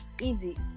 easy